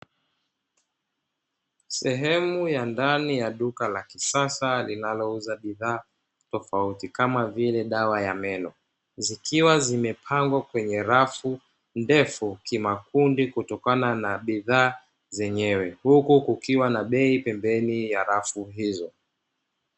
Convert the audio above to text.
Sehemu ya ndani ya duka la kisasa linalouza bidhaa tofauti kama vile dawa ya meno. Zikiwa zimepangwa kwenye rafu ndefu kimakundi kutokana na bidhaa zenyewe, huku kukiwa na bei pembeni ya rafu hizo.